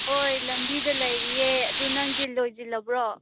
ꯍꯣꯏ ꯂꯝꯕꯤꯗ ꯂꯩꯔꯤꯌꯦ ꯑꯗꯨ ꯅꯪꯗꯤ ꯂꯣꯏꯁꯤꯜꯂꯕ꯭ꯔꯣ